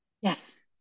Yes